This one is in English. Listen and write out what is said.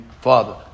father